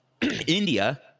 India